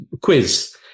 quiz